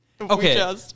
Okay